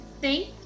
Thank